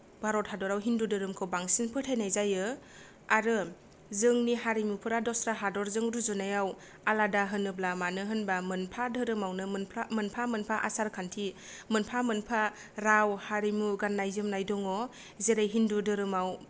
भारत हादराव हिन्दु धोरोमखौ बांसिन फोथायनाय जायो आरो जोंनि हारिमुफोरा दस्रा हादरजों रुजुनायाव आलादा होनोब्ला मानो होनबा मोनफा धोरोमावनो मोनफा मोनफा आसारखान्थि मोनफा मोनफा राव हारिमु गान्नाय जोमनाय दङ जेरै हिन्दु धोरोमाव